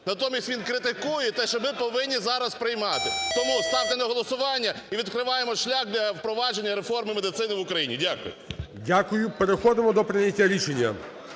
Натомість він критикує те, що ми повинні зараз приймати. Тому ставте на голосування, і відкриваємо шлях для впровадження реформи медицини в Україні. Дякую. ГОЛОВУЮЧИЙ. Дякую. Переходимо до прийняття рішення.